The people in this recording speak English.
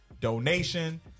donation